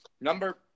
Number